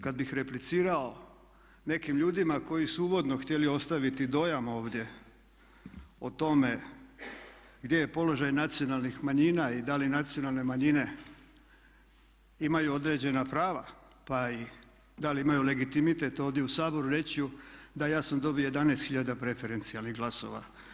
Kad bih replicirao nekim ljudima koji su uvodno htjeli ostaviti dojam ovdje o tome gdje je položaj nacionalnih manjina i da li nacionalne manjine imaju određena prava pa i da li imaju legitimitet ovdje u Saboru reći ću da ja sam dobio 11 000 preferencijalnih glasova.